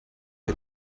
que